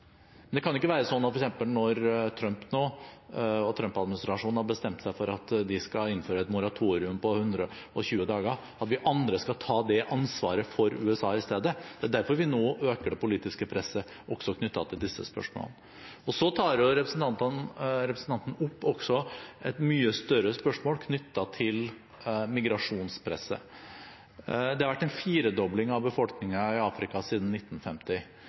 Men det kan ikke være slik at f.eks. når Trump-administrasjonen nå har bestemt seg for å innføre et moratorium på 120 dager, så skal vi andre ta det ansvaret for USA i stedet. Det er derfor vi nå øker det politiske presset også knyttet til disse spørsmålene. Så tar representanten også opp et mye større spørsmål knyttet til migrasjonspresset. Det har vært en firedobling av befolkningen i Afrika siden 1950.